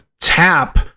tap